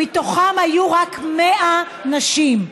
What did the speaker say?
מתוכם היו רק 100 נשים.